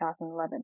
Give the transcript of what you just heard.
2011